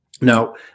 Now